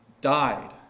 died